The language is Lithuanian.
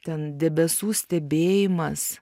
ten debesų stebėjimas